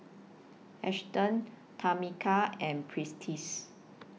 Auston Tamika and Prentiss